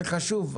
זה חשוב,